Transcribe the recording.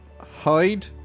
Hide